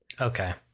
Okay